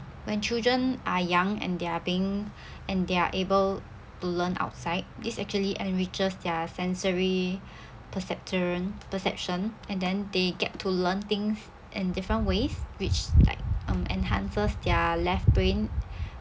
when children are young and they're being and they're able to learn outside this actually enriches their sensory perception perception and then they get to learn things in different ways which like um enhances their left brain